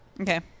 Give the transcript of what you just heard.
Okay